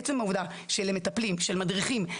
עצם העובדה שלמטפלים, למדריכים,